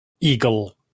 eagle